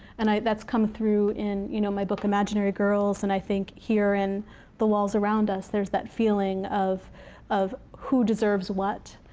and that's come through in you know my book, imaginary girls, and i think here in the walls around us, there's that feeling of of who deserves what,